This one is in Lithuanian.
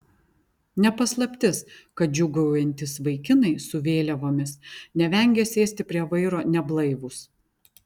ne paslaptis kad džiūgaujantys vaikinai su vėliavomis nevengia sėsti prie vairo neblaivūs